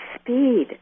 speed